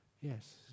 Yes